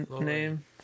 name